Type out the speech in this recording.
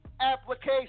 application